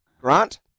Grant